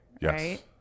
Yes